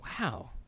Wow